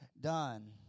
done